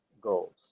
goals